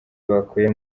bakuye